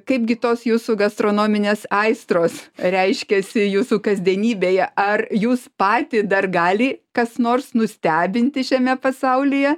kaipgi tos jūsų gastronominės aistros reiškiasi jūsų kasdienybėje ar jūs patį dar gali kas nors nustebinti šiame pasaulyje